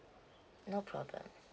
no problem